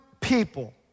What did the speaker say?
people